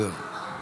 זהו.